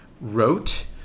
wrote